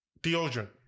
deodorant